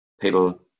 people